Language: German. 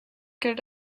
gilt